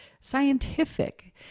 scientific